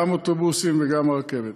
גם האוטובוסים וגם הרכבת.